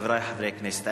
חברי חברי הכנסת,